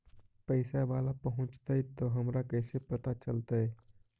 पैसा बाला पहूंचतै तौ हमरा कैसे पता चलतै?